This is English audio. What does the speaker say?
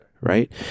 right